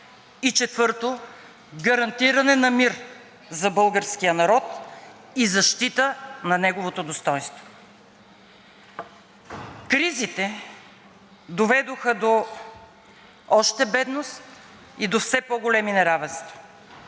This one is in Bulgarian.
И четвърто, гарантиране на мир за българския народ и защита на неговото достойнство. Кризите доведоха до още бедност и до все по-големи неравенства.